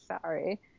sorry